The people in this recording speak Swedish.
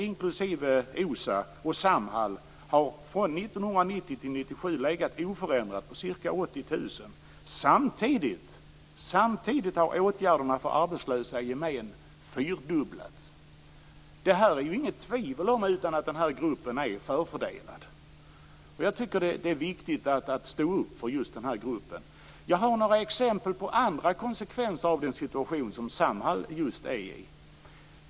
Inklusive OSA och Samhall har de från 1990 till 1997 legat oförändrat på ca 80 000. Samtidigt har åtgärderna för arbetslösheten i gemen fyrdubblats. Det råder inget tvivel om att den här gruppen är förfördelad. Jag tycker att det är viktigt att stå upp för just den här gruppen. Jag har några exempel på andra konsekvenser av den situation som Samhall är i.